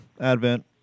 Advent